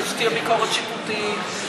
ושתהיה ביקורת שיפוטית,